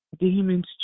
Demons